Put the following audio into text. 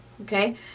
Okay